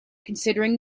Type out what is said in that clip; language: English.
considering